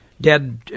dead